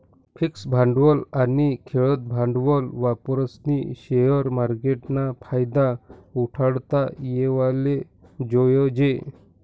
fix भांडवल आनी खेयतं भांडवल वापरीस्नी शेअर मार्केटना फायदा उठाडता येवाले जोयजे